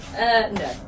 No